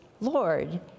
Lord